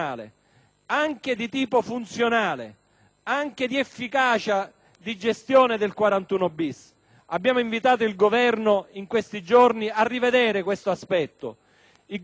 anche di efficacia di gestione del 41-*bis*. Abbiamo invitato il Governo in questi giorni a rivedere questo aspetto; il Governo lo ha mantenuto. Comunque,